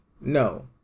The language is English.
no